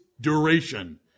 duration